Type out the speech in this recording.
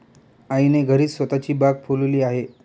आईने घरीच स्वतःची बाग फुलवली आहे